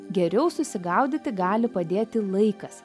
geriau susigaudyti gali padėti laikas